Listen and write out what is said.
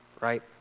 right